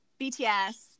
BTS